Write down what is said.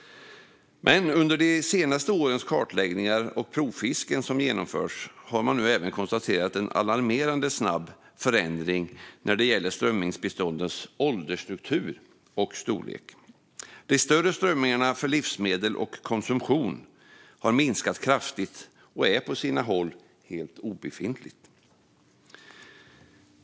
Under de senaste årens kartläggningar och provfisken som har genomförts har man nu även konstaterat en alarmerande snabb förändring när det gäller strömmingsbeståndens åldersstruktur och storlek. De större strömmingarna för livsmedel och konsumtion har minskat kraftigt och är på sina håll helt obefintliga.